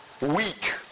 weak